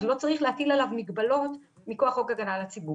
אז לא צריך להטיל עליו מגבלות מכוח חוק הגנה על הציבור.